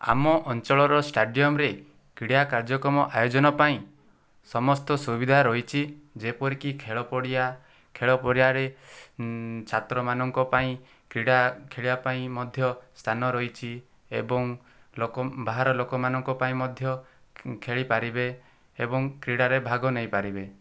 ଆମ ଅଞ୍ଚଳର ଷ୍ଟାଡିୟମରେ କ୍ରିଡ଼ା କାର୍ଯ୍ୟକ୍ରମ ଆୟୋଜନ ପାଇଁ ସମସ୍ତ ସୁବିଧା ରହିଛି ଯେପରିକି ଖେଳପଡ଼ିଆ ଖେଳପଡ଼ିଆରେ ଛାତ୍ରମାନଙ୍କ ପାଇଁ କ୍ରିଡ଼ା ଖେଳିବା ପାଇଁ ମଧ୍ୟ ସ୍ଥାନ ରହିଚି ଏବଂ ଲୋକ ବାହାର ଲୋକମାନଙ୍କ ପାଇଁ ମଧ୍ୟ ଖେଳି ପାରିବେ ଏବଂ କ୍ରୀଡ଼ାରେ ଭାଗ ନେଇପାରିବେ